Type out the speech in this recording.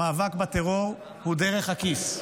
המאבק בטרור הוא דרך הכיס,